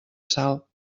sal